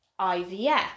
IVF